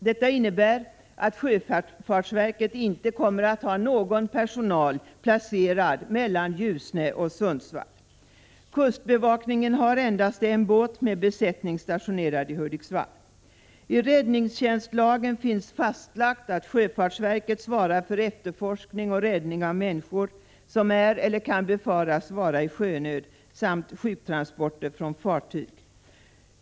Detta innebär att Sjöfartsverket inte kommer att ha någon personal placerad mellan Ljusne och Sundsvall. Kustbevakningen har endast en båt med besättning stationerad i Hudiksvall. I räddningstjänstlagen finns fastlagt att Sjöfartsverket svarar för efterforskning och räddning av människor, som är eller kan befaras vara i sjönöd, samt sjuktransporter från fartyg.